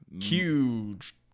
Huge